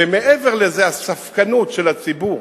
ומעבר לזה, הספקנות של הציבור